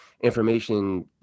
information